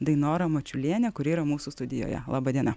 dainora mačiuliene kuri yra mūsų studijoje laba diena